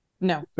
No